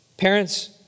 Parents